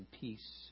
peace